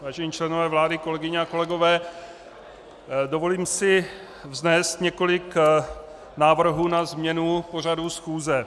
Vážení členové vlády, kolegyně a kolegové, dovolím si vznést několik návrhů na změnu pořadu schůze.